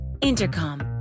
Intercom